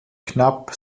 knapp